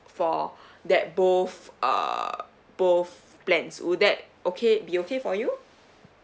for that both uh both plans would that okay be okay for you